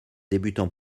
débutant